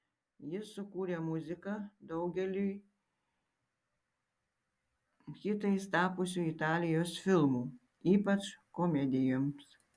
jis sukūrė muziką daugeliui hitais tapusių italijos filmų ypač komedijoms